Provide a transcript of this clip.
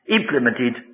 implemented